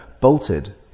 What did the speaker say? bolted